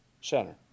center